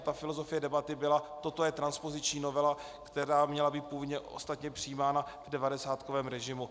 Ta filozofie debaty byla: toto je transpoziční novela, která měla být původně ostatně přijímána v devadesátkovém režimu.